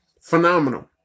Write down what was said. Phenomenal